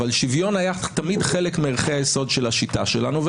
אבל שוויון היה תמיד חלק מערכי היסוד של השיטה שלנו.